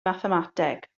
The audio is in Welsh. mathemateg